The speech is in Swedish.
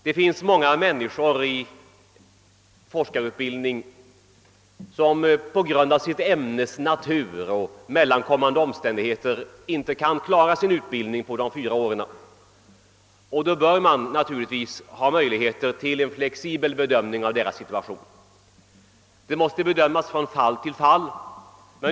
Det finns människor som på grund av ämnets natur eller mellankommande omständigheter inte kan klara sin forskarutbildning på fyra år, och då bör det finnas möjlighet till en flexibel behandling av deras situation. Detta måste emellertid bedömas från fall till fall.